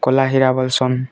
କଲା ହୀରା ବୋଲୁଛନ